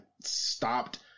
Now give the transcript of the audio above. stopped